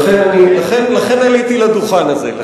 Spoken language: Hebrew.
לכן עליתי לדוכן הזה.